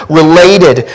related